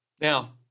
Now